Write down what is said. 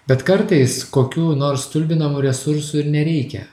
bet kartais kokių nors stulbinamų resursų ir nereikia